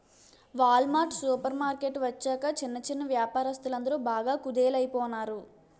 wall mart supermarket వచ్చాక చిన్న చిన్నా వ్యాపారస్తులందరు బాగా కుదేలయిపోనారు